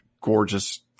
gorgeous